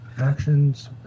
Actions